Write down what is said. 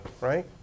right